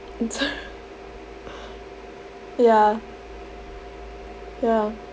sort of ya ya